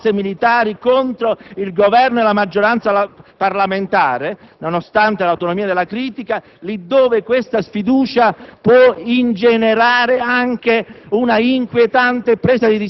da parte dell'opposizione di schierare le forze dell'ordine e militari contro il Governo e la maggioranza parlamentare, nonostante l'autonomia della critica, laddove questa sfiducia